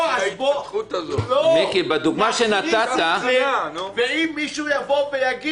אומר בהקשר הזה, שאם יש